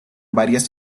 varias